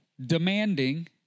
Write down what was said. demanding